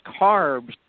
carbs